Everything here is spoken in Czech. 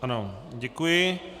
Ano, děkuji.